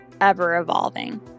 ever-evolving